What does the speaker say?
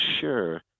sure